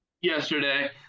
yesterday